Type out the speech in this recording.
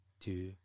two